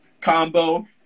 combo